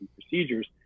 procedures